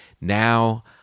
Now